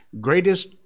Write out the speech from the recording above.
greatest